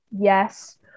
yes